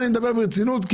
אני מדבר ברצינות.